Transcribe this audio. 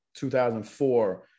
2004